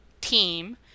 team